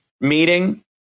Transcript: meeting